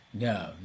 No